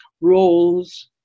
roles